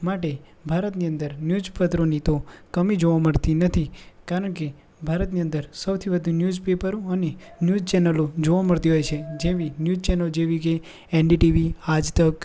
માટે ભારતની અંદર ન્યૂજ પત્રોની તો કમી જોવા મળતી નથી કારણ કે ભારતની અંદર સૌથી વધુ ન્યૂજ પેપરો અને ન્યૂજ ચેનલો જોવા મળતી હોય છે જેવી ન્યૂજ ચેનલ જેવી કે એનડીટીવી આજતક